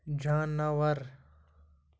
جاناوَر